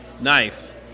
Nice